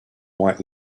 white